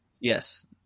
yes